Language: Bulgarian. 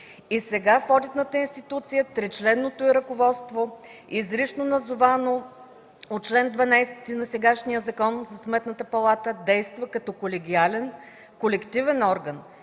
И сега в одитната институция тричленното й ръководство, изрично назовано по чл. 12 на сегашния Закон за Сметната палата, действа като колегиален, колективен орган